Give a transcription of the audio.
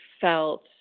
felt